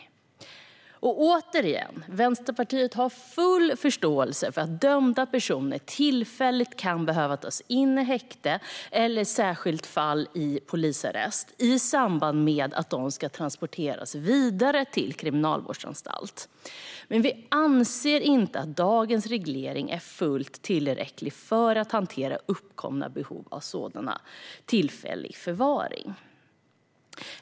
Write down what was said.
Jag säger återigen att Vänsterpartiet har full förståelse för att dömda personer tillfälligt kan behöva tas in i häkte eller i särskilda fall i polisarrest i samband med att de ska transporteras vidare till kriminalvårdsanstalt, men vi anser inte att dagens reglering är fullt tillräcklig för att hantera uppkomna behov av sådan tillfällig förvaring.